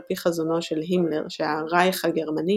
על פי חזונו של הימלר שה"רייך" הגרמני